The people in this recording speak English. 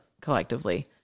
collectively